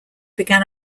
began